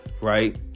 right